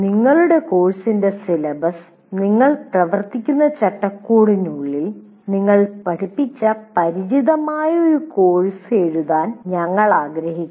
നിങ്ങളുടെ കോഴ്സിന്റെ സിലബസ് നിങ്ങൾ പ്രവർത്തിക്കുന്ന ചട്ടക്കൂടിനുള്ളിൽ നിങ്ങൾ പഠിപ്പിച്ച പരിചിതമായ ഒരു കോഴ്സിന് എഴുതാൻ ഞങ്ങൾ ആഗ്രഹിക്കുന്നു